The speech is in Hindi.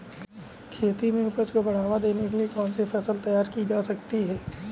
खेती में उपज को बढ़ावा देने के लिए कौन सी फसल तैयार की जा सकती है?